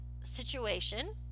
situation